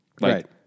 Right